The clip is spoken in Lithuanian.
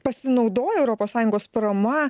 pasinaudojo europos sąjungos parama